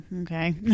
okay